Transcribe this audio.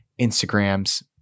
Instagrams